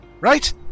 Right